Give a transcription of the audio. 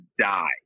die